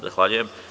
Zahvaljujem.